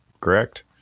correct